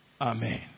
Amen